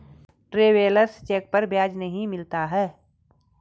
travellers cheque पर ब्याज नहीं मिलता है